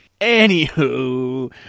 Anywho